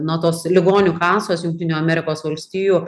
nu tos ligonių kasos jungtinių amerikos valstijų